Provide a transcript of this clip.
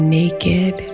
naked